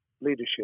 leadership